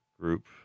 group